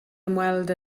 ymweld